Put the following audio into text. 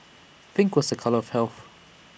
pink was A colour of health